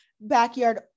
Backyard